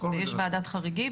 ויש ועדת חריגים.